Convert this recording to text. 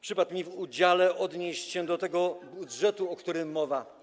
Przypadło mi w udziale odniesienie się do tego budżetu, o którym mowa.